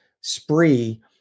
spree